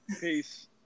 Peace